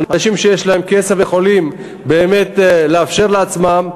אנשים שיש להם כסף יכולים באמת לאפשר לעצמם,